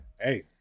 hey